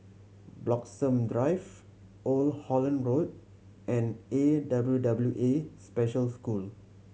Bloxhome Drive Old Holland Road and A W W A Special School